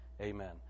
amen